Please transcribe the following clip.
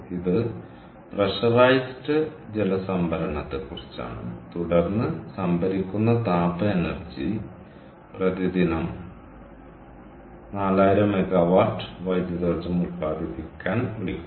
ഇത് പ്രഷറൈസ്ഡ് ജല സംഭരണത്തെക്കുറിച്ചാണ് തുടർന്ന് സംഭരിക്കുന്ന താപ energy ർജ്ജത്തെ പ്രതിദിനം 4000 മെഗാവാട്ട് വൈദ്യുതോർജ്ജം ഉത്പാദിപ്പിക്കാൻ വിളിക്കുന്നു